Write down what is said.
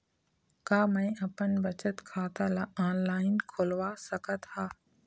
का मैं अपन बचत खाता ला ऑनलाइन खोलवा सकत ह?